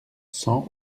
cent